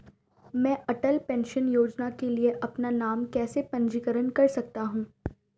मैं अटल पेंशन योजना के लिए अपना नाम कैसे पंजीकृत कर सकता हूं?